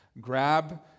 grab